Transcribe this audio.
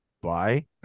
Bye